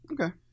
Okay